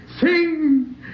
sing